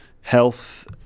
health